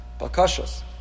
Bakashas